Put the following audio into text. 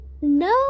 no